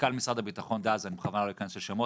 מנכ"ל משרד הביטחון דאז אני בכוונה לא אכנס לשמות,